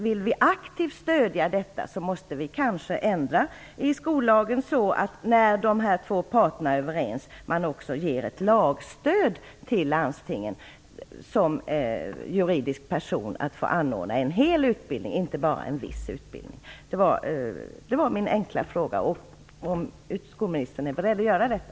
Vill vi aktivt stödja detta måste vi kanske ändra i skollagen så att man, när de två parterna är överens, också ger ett lagstöd till landstingen som juridiska personer att få anordna en hel utbildning, inte bara en viss utbildning. Är skolministern beredd att göra detta? Det var min enkla fråga.